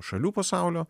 šalių pasaulio